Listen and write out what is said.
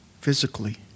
physically